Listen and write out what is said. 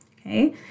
okay